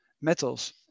metals